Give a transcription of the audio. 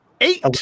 Eight